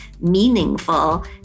meaningful